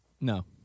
No